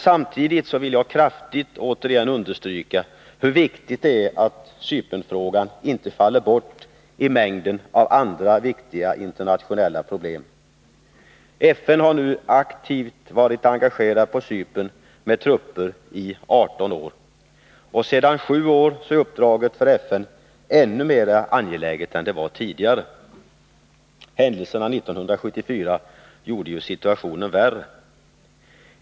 Samtidigt vill jag återigen kraftigt understryka hur viktigt det är att Cypernfrågan inte faller bort i mängden av andra viktiga internationella problem. FN har nu aktivt varit engagerat på Cypern med trupper i 18 år. Och sedan sju år tillbaka är uppdraget för FN ännu mera angeläget än det var tidigare. Händelserna 1974 gjorde situationen värre.